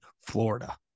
Florida